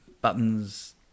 buttons